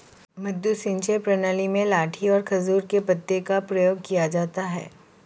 मद्दू सिंचाई प्रणाली में लाठी और खजूर के पत्तों का प्रयोग किया जाता है